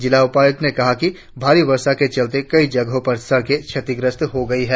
जिला उपायुक्त ने कहा है कि भारी वर्षा के चलते कई जगहों पर सड़के क्षतिग्रस्त हो गई है